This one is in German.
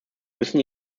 müssen